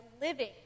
living